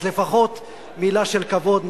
אז לפחות מלה של כבוד,